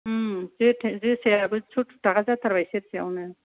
ओम जोसायाबो सुत्तुर थाखा जाथारबाय सेरसेयावनो